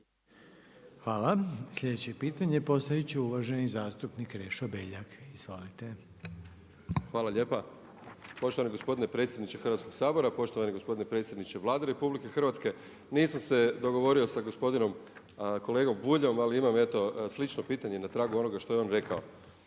Hvala. Sljedeće pitanje postavit će uvaženi zastupnik Krešo Beljak. **Beljak, Krešo (HSS)** Hvala lijepa. Poštovani gospodine predsjedniče Hrvatskoga sabora, poštovani gospodine predsjedniče Vlade RH. Nisam se dogovorio sa gospodinom kolegom Buljom ali imam eto slično pitanje na tragu onoga što je on rekao.